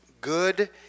good